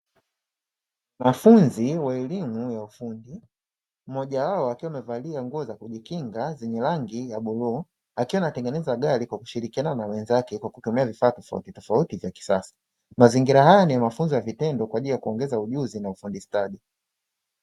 Wanafunzi wa elimu ya ufundi, mmoja wao akiwa amevalia nguo za kujikinga zenye rangi ya bluu, akiwa anatengeneza gari kwa kushirikiana na wenzake kwa kutumia vifaa tofautitofauti vya kisasa. Mazingira haya ni ya wanafunzi wa vitendo kwa ajili ya kuongeza ujuzi na ufundi stadi.